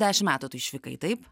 dešim metų tu išvykai taip